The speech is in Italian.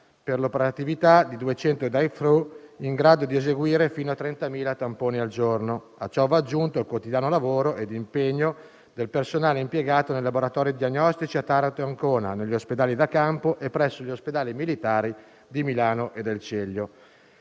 per l'operatività di 200 *drive through*, in grado di eseguire fino a 30.000 tamponi al giorno. A ciò vanno aggiunti il quotidiano lavoro e l'impegno del personale impiegato nei laboratori diagnostici a Taranto e Ancona, negli ospedali da campo e presso gli ospedali militari di Milano e del Celio.